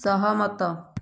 ସହମତ